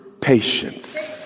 patience